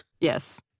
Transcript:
Yes